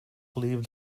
believe